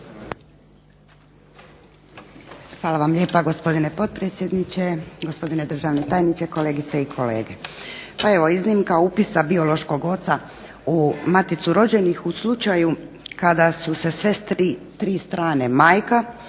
Hvala lijepa gospodine potpredsjedniče, gospodine državni tajniče, kolegice i kolege. Pa evo iznimka upisa biološkog oca u maticu rođenih u slučaju kada su se sve tri strane majka,